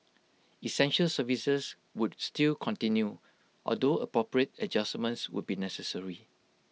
essential services would still continue although appropriate adjustments would be necessary